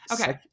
Okay